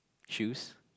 choose